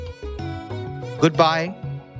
Goodbye